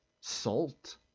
salt